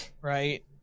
right